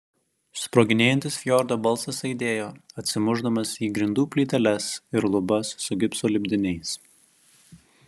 sproginėjantis fjordo balsas aidėjo atsimušdamas į grindų plyteles ir lubas su gipso lipdiniais